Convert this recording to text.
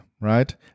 right